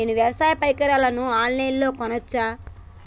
నేను వ్యవసాయ పరికరాలను ఆన్ లైన్ లో కొనచ్చా?